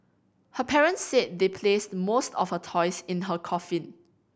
her parents said they placed most of her toys in her coffin